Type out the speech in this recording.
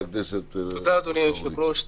אדוני היושב-ראש,